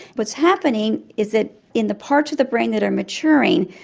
what's happening is that in the parts of the brain that are maturing,